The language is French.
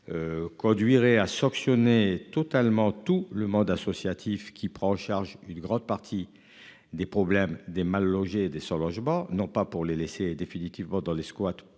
Conduirait à sanctionner totalement tout le monde associatif qui prend en charge une grande partie des problèmes des mal logés et des sans-logement non pas pour les laisser définitivement dans les squats,